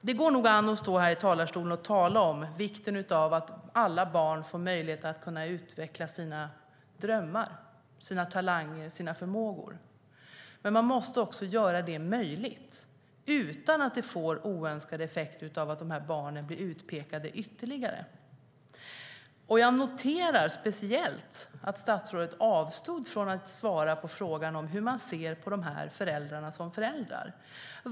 Det går nog an att stå i talarstolen och tala om vikten av att alla barn får möjlighet att utveckla sina drömmar, talanger och förmågor, men man måste också göra detta möjligt utan att det får oönskade effekter i form av att dessa barn utpekas ytterligare. Jag noterar speciellt att statsrådet avstod från att svara på frågan hur man ser på dessa föräldrar som föräldrar.